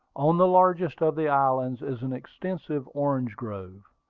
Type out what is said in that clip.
on the largest of the islands is an extensive orange-grove.